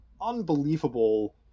unbelievable